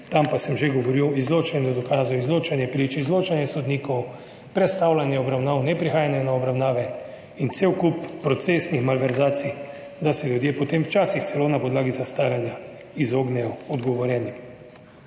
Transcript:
tam pa sem že govoril o izločanju dokazov, izločanje prič, izločanje sodnikov, prestavljanje obravnav, ne prihajanje na obravnave in cel kup procesnih malverzacij, da se ljudje potem včasih celo na podlagi zastaranja izognejo odgovorjenim.